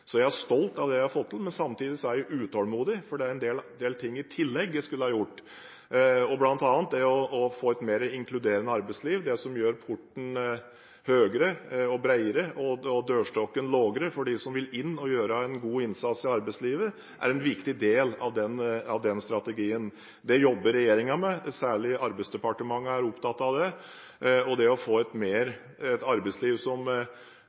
Jeg er stolt av det jeg har fått til, men samtidig er jeg utålmodig, for det er en del ting jeg skulle ha gjort i tillegg, bl.a. det å få et mer inkluderende arbeidsliv. Det som gjør porten høyere og bredere og dørstokken lavere for dem som vil inn å gjøre en god innsats i arbeidslivet, er en viktig del av den strategien. Det jobber regjeringen med, særlig Arbeidsdepartementet er opptatt av det. Det å få et arbeidsliv som er mer åpent for dem som